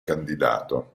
candidato